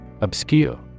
Obscure